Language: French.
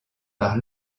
par